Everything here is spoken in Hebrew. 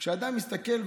כשאדם מסתכל,